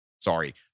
sorry